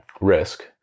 risk